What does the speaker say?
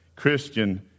Christian